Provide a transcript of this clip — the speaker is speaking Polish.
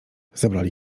zabrali